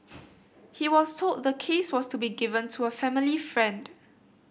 he was told the case was to be given to a family friend